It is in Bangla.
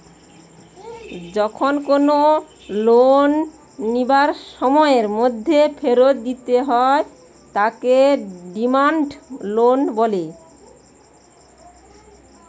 যখন কোনো লোন লিবার সময়ের মধ্যে ফেরত দিতে হয় তাকে ডিমান্ড লোন বলে